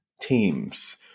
teams